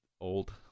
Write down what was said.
old